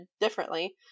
differently